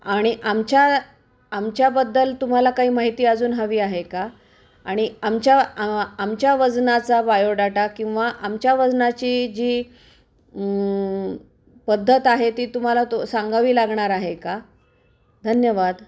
आणि आमच्या आमच्याबद्दल तुम्हाला काही माहिती अजून हवी आहे का आणि आमच्या आमच्या वजनाचा बायोडाटा किंवा आमच्या वजनाची जी पद्धत आहे ती तुम्हाला तो सांगावी लागणार आहे का धन्यवाद